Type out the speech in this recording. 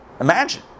Imagine